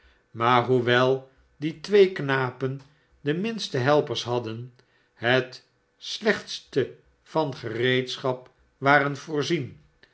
maar hoewel die twee knapen de minste helpers hadden het slechtste van gereedschap waren voorzien